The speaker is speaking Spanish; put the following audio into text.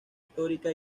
histórica